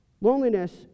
Loneliness